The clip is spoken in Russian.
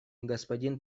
господин